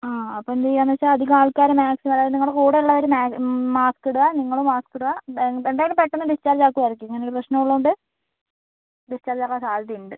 ആ അപ്പം എന്ത് ചെയ്യാമെന്ന് വെച്ചാൽ അധികം ആൾക്കാർ മാക്സിമം അതായത് നിങ്ങട കൂടെ ഉള്ളവർ മാസ്ക് ഇടുക നിങ്ങൾ മാസ്ക് ഇടുക എന്തായാലും പെട്ടെന്ന് ഡിസ്ചാർജ് ആക്കും ആയിരിക്കും ഇങ്ങനെ ഒരു പ്രശ്നം ഉള്ളതുകൊണ്ട് ഡിസ്ചാർജ് ആവാൻ സാധ്യത ഉണ്ട്